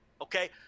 okay